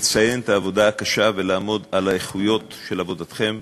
לציין את העבודה הקשה ולעמוד על האיכויות של עבודתכם.